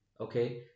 Okay